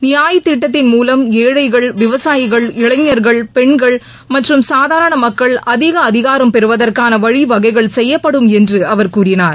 நியாய் திட்டத்தின் மூலம் ஏழைகள் விவசாயிகள் இளைஞர்கள் பெண்கள் மற்றும் சாதாரண மக்கள் அதிக அதிகாரம் பெறுவதற்கான வழிவகைகள் செய்யப்படும் என்று அவர் கூறினார்